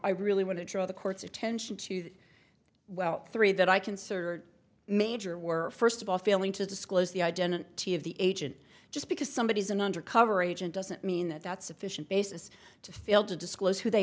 i really want to draw the court's attention to well three that i considered major were first of all failing to disclose the identity of the agent just because somebody is an undercover agent doesn't mean that that's sufficient basis to fail to disclose who they